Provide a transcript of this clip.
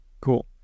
Cool